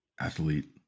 athlete